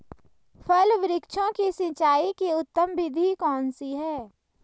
फल वृक्षों की सिंचाई की उत्तम विधि कौन सी है?